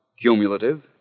Cumulative